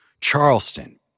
Charleston